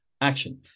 action